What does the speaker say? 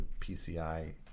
PCI